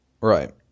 Right